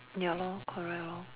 ya lor correct lor